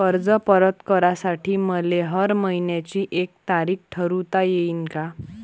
कर्ज परत करासाठी मले हर मइन्याची एक तारीख ठरुता येईन का?